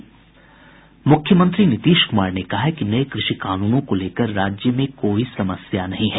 मुख्यमंत्री नीतीश कुमार ने कहा है कि नये कृषि कानूनों को लेकर राज्य में कोई समस्या नहीं है